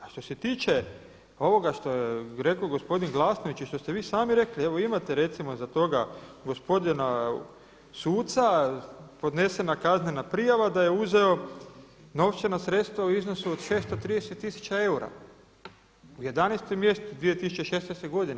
A što se tiče ovoga što je rekao gospodin Glasnović i što ste vi sami rekli, evo imate recimo iza toga gospodina suca podnesena kaznena prijava da je uzeo novčana sredstva u iznosu od 630 tisuća eura u 11. mjesecu 2016. godine.